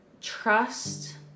trust